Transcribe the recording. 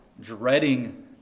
dreading